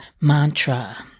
mantra